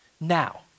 Now